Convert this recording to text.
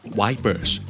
wipers